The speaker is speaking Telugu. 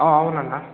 అవును అన్న